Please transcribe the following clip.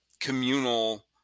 communal